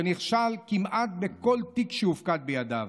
שנכשל כמעט בכל תיק שהופקד בידיו,